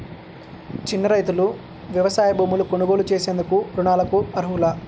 చిన్న రైతులు వ్యవసాయ భూములు కొనుగోలు చేసేందుకు రుణాలకు అర్హులా?